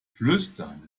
flüstern